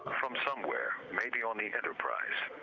from somewhere, maybe on the enterprise,